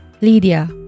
Lydia